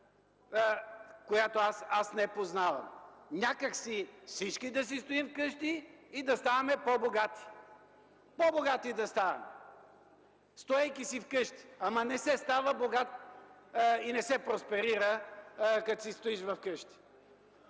която аз не познавам! Някак си всички да си стоим вкъщи и да ставаме по-богати! По-богати да ставаме, стоейки си вкъщи! Но не се става богат и не се просперира, като си стоиш вкъщи!